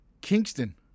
Kingston